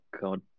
God